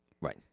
Right